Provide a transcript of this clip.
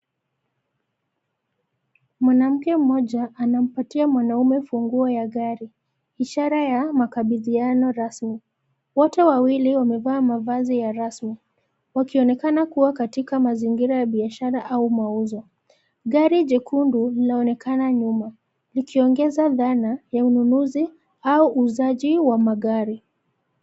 Mwanamke mmoja anampatia mwanaume funguo ya gari, ishara ya makabidhiano rasmi, wote wawili wamevaa mavazi ya rasmi, wakionekana kuwa katika mazingira ya biashara au mauzo, gari jekundu linaonekana nyuma, likiongeza dhana, ya ununuzi, au uuzaji wa magari.